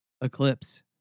eclipse